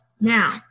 Now